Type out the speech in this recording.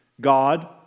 God